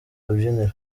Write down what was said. rubyiniro